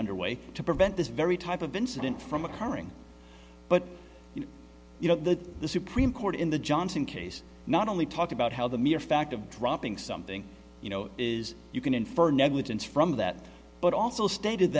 underway to prevent this very type of incident from occurring but you know that the supreme court in the johnson case not only talked about how the mere fact of dropping something you know is you can infer negligence from that but also stated